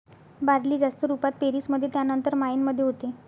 barley जास्त रुपात पेरीस मध्ये त्यानंतर मायेन मध्ये होते